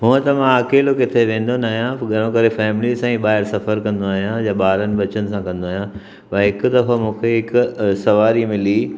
हूअं त मां अकेलो किथे वेंदो न आहियां घणो करे फ़ैमलीअ सां ई ॿाहिरि सफ़रु कंदो आहियां या ॿारनि बचनि सां कंदो आहियां भाई हिकु दफ़ो मूंखे हिकु सवारी मिली